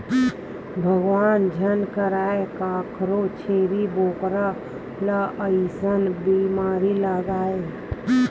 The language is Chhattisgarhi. भगवान झन करय कखरो छेरी बोकरा ल अइसन बेमारी लगय